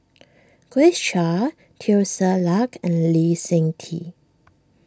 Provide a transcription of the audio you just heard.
Grace Chia Teo Ser Luck and Lee Seng Tee